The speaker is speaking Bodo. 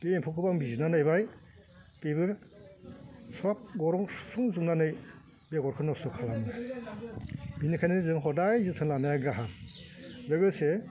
बे एम्फौखौबो आं बिजिरना नायबाय बेबो सब गरं सुफ्लुंजोबनानै बेगरखौ नस्थ' खालामो बेनिखायनो जों हदाय जोथोन लानाया गाहाम लोगोसे